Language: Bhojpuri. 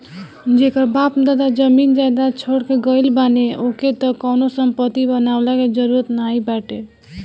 जेकर बाप दादा जमीन जायदाद छोड़ के गईल बाने ओके त कवनो संपत्ति बनवला के जरुरत नाइ बाटे